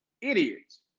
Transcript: idiots